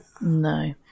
No